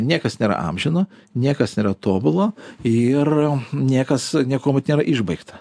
niekas nėra amžino niekas nėra tobulo ir niekas niekuomet nėra išbaigta